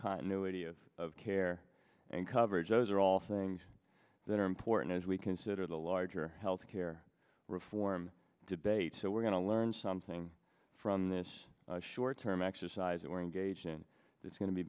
continuity of care and coverage over all things that are important as we consider the larger health care reform debate so we're going to learn something from this short term exercise that we're engaged in it's going to be